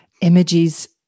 images